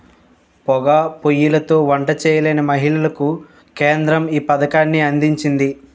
పోగా పోయ్యిలతో వంట చేయలేని మహిళలకు కేంద్రం ఈ పథకాన్ని అందించింది